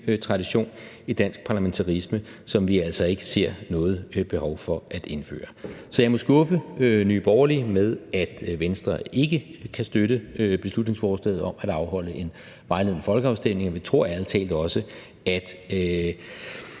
tradition i dansk parlamentarisme, som vi altså ikke ser noget behov for at indføre. Så jeg må skuffe Nye Borgerlige med, at Venstre ikke kan støtte beslutningsforslaget om at afholde en vejledende folkeafstemning, og vi tror ærlig talt også, at